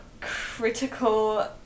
critical